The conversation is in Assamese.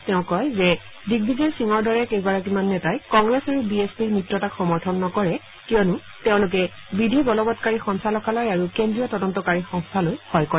তেওঁ কয় যে দ্বিগবিজয় সিঙৰ দৰে কেইগৰাকীমান নেতাই কংগ্ৰেছ আৰু বি এছ পিৰ মিত্ৰতাক সমৰ্থন নকৰে কিয়নো তেওঁলোকে বিধিবলবৎকাৰী সঞ্চালকালয় আৰু কেদ্ৰীয় তদন্তকাৰী সংস্থালৈ ভয় কৰে